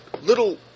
little